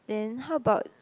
then how about